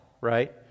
right